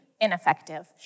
ineffective